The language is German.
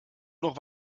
noch